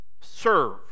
serve